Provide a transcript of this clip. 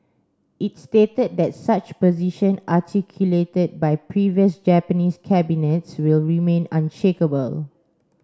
it stated that such position articulated by previous Japanese cabinets will remain unshakable